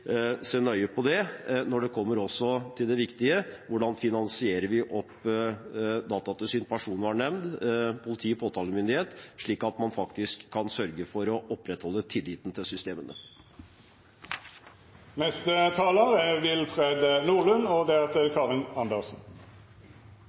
se nøye på det også når det kommer til det viktige: Hvordan finansierer vi opp datatilsyn, personvernnemnd, politi og påtalemyndighet, slik at man faktisk kan sørge for å opprettholde tilliten til systemene? Datatilsynet er